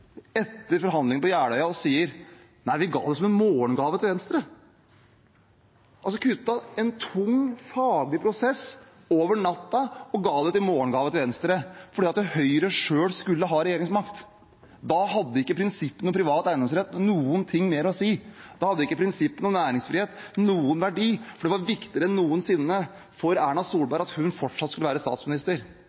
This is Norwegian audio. etter forhandlingene på Jeløya og sier at de ga det som en morgengave til Venstre. Over natten kuttet de altså en tung faglig prosess og ga det i morgengave til Venstre fordi Høyre selv skulle ha regjeringsmakt. Da hadde ikke prinsippene om privat eiendomsrett noe mer å si. Da hadde ikke prinsippene om næringsfrihet noen verdi, for det var viktigere enn noensinne for Erna Solberg at hun fortsatt skulle være statsminister.